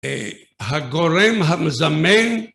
הגורם המזמן